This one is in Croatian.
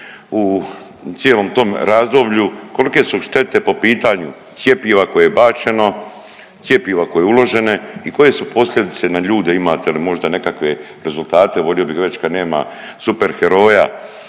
u cijelom tom razdoblju, kolike su štete po pitanju cjepiva koje je bačeno, cjepiva koje je uloženo i koje su posljedice na ljude, imate li možda nekakve rezultate, volio bi već kad nema super heroja